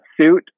suit